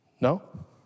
No